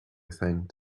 thanked